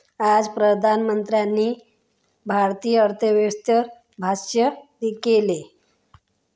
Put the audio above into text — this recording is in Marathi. आज पंतप्रधानांनी भारतीय अर्थव्यवस्थेवर भाष्य केलं